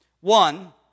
One